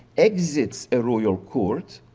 exists a royal court,